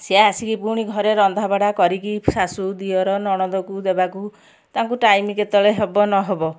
ସିଏ ଆସିକି ପୁଣି ଘରେ ରନ୍ଧା ବାଢ଼ା କରିକି ଶାଶୂ ଦିଅର ନଣନ୍ଦକୁ ଦେବାକୁ ତାଙ୍କୁ ଟାଇମ୍ କେତେବେଳେ ହେବ ନ ହେବ